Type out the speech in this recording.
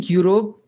Europe